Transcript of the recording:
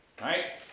Right